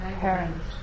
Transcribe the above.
Parents